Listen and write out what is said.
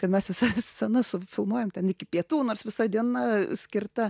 kad mes visas scenas sufilmuojam ten iki pietų nors visa diena skirta